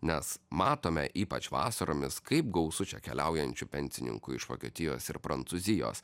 nes matome ypač vasaromis kaip gausu čia keliaujančių pensininkų iš vokietijos ir prancūzijos